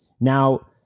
Now